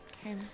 Okay